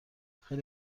خیلی